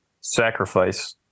sacrifice